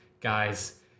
Guys